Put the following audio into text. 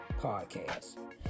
podcast